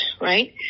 right